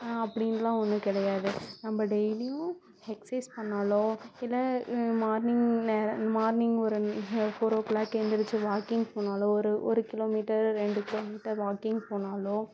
அப்படின்லாம் ஒன்றும் கிடையாது நம்ம டெய்லியும் எக்ஸைஸ் பண்ணாலோ இல்லை மார்னிங் ந மார்னிங் ஒரு ஒரு ஃபோர் ஓ கிளாக் எழுந்திருச்சி வாக்கிங் போனாலோ ஒரு ஒரு கிலோமீட்டர் ரெண்டு கிலோமீட்டர் வாக்கிங் போனாலோ